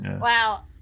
Wow